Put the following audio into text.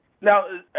Now